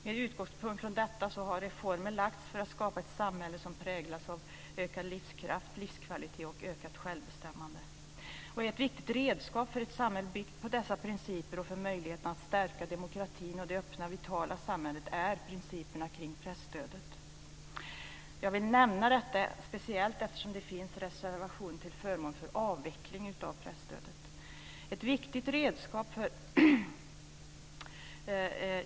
Med utgångspunkt i detta har förslag om reformer lagts fram för att skapa ett samhälle som präglas av ökad livskraft och livskvalitet och ökat självbestämmande. Ett viktigt redskap för att skapa ett samhälle byggt på dessa principer och för möjligheten att stärka demokratin och det öppna vitala samhället är principerna kring presstödet. Jag vill nämna detta speciellt eftersom det finns en reservation till förmån för en avveckling av presstödet.